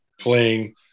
playing